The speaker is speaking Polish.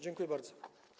Dziękuję bardzo.